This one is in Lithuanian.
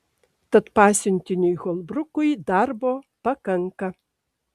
tad pasiuntiniui holbrukui darbo pakanka